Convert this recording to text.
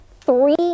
three